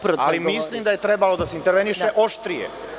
Dobro, ali mislim da je trebalo da se interveniše oštrije.